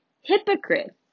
Hypocrite